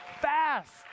fast